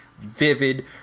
vivid